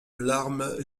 larme